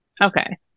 Okay